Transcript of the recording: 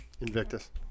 Invictus